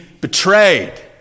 betrayed